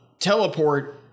teleport